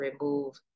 remove